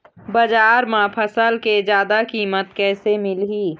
बजार म फसल के जादा कीमत कैसे मिलही?